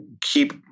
keep